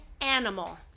animal